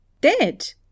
Dead